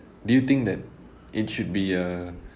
do you think that it should be a